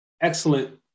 excellent